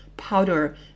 powder